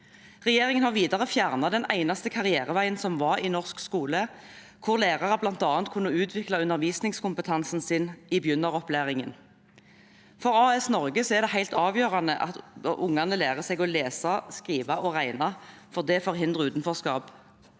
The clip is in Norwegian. Regjeringen har videre fjernet den eneste karriereveien som var i norsk skole, hvor lærere bl.a. kunne utvikle undervisningskompetansen sin i begynneropplæringen. For AS Norge er det helt avgjørende at ungene lærer seg å lese, skrive og regne, for det forhindrer utenforskap.